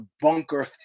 bunker